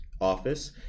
Office